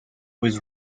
was